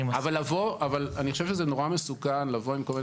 אני חושב שזה נורא מסוכן לבוא עם כל מיני